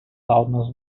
loudness